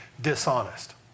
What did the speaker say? dishonest